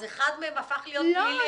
נכון, אז אחד מהם הפך להיות פלילי?